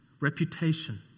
reputation